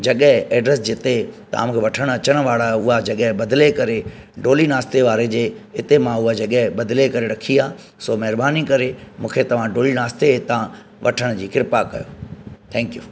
जॻहि एड्रेस जिते तव्हां मूंखे वठण अचणु वारा आहियो उहा जॻहि बदिले करे डोली नास्ते वारे जे इते मां उहो जॻहि बदिले करे रखी आहे सो महिरबानी करे मूंखे तव्हां डोली नास्ते इतां वठण जी किरपा कयो थैंक यू